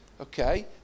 okay